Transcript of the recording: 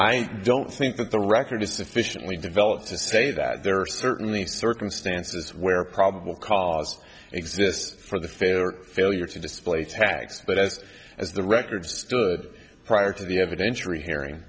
i don't think that the record is sufficiently developed to say that there are certainly circumstances where probable cause exists for the failure failure to display tags but as as the record stood prior to the evidence re hearing